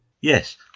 Yes